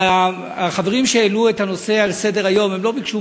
החברים שהעלו את הנושא על סדר-היום לא ביקשו